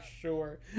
sure